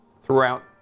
throughout